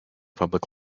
public